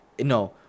No